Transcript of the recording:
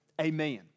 Amen